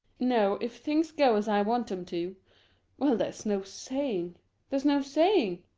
no if things go as i want them to well there's no saying there's no saying.